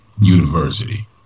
University